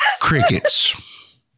Crickets